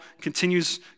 continues